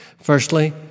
Firstly